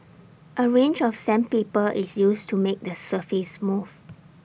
A range of sandpaper is used to make the surface smooth